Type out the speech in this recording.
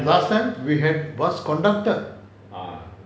and last time we had bus conductor